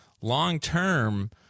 long-term